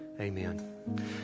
Amen